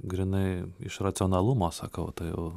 grynai iš racionalumo sakau tai jau